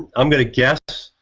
i'm gonna guess